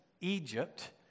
Egypt